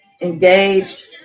engaged